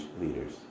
leaders